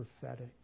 prophetic